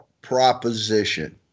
proposition